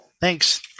Thanks